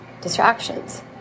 distractions